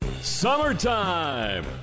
summertime